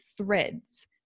threads